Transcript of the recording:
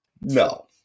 No